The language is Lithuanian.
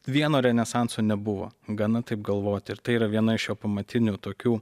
vieno renesanso nebuvo gana taip galvoti ir tai yra viena iš jo pamatinių tokių